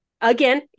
again